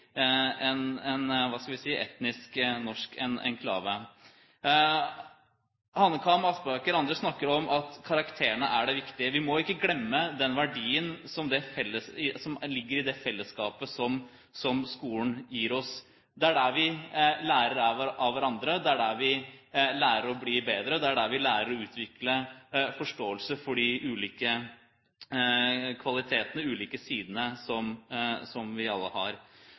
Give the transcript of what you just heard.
etnisk norsk enklave. Hanekamhaug, Aspaker og andre snakker om at karakterene er det viktige. Vi må ikke glemme den verdien som ligger i det fellesskapet som skolen gir oss. Det er der vi lærer av hverandre, det er der vi lærer å bli bedre, og det er der vi lærer å utvikle forståelse for de ulike kvalitetene, de ulike sidene som vi alle har.